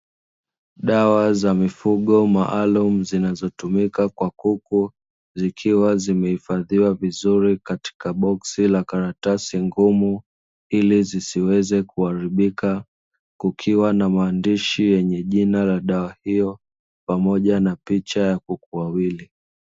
Dawa za mifugo maalumu zinazotumika kwa kuku, zikiwa zimehifadhiwa vizuri katika boksi la karatasi ngumu; ili zisiweze kuharibika, kukiwa na maandishi yenye jina la dawa hiyo, pamoja na picha ya kuku wawili.